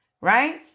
right